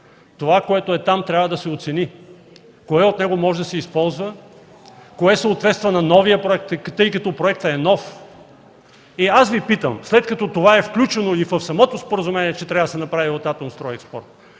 Това, което е там, трябва да се оцени – кое от него може да се използва, кое съответства на новия проект, тъй като проектът е нов. И аз Ви питам: след като това е включено и в самото споразумение, че трябва да се направи от „Атомстройекспорт”,